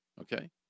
Okay